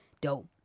dope